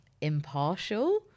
impartial